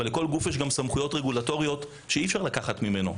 אבל לכל גוף יש גם סמכויות רגולטוריות שאי אפשר לקחת ממנו.